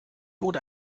wurde